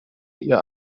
ihr